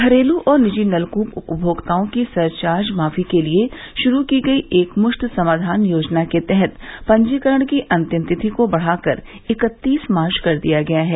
घरेलू और निजी नलकूप उपभोक्ताओं की सरचार्ज माफी के लिए शुरू की गई एकमुश्त समाधान योजना के तहत पंजीकरण की अंतिम तिथि को बढ़ाकर इकत्तीस मार्च कर दिया गया है